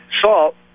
salt